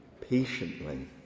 patiently